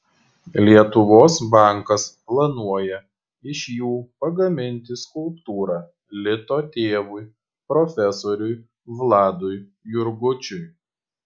lietuvos bankas planuoja iš jų pagaminti skulptūrą lito tėvui profesoriui vladui jurgučiui